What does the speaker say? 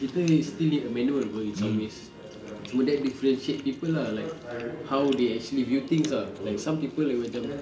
kita is still need a manual [pe] in some ways cuma that differentiate people lah like how they actually view things ah like some people they will macam